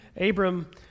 Abram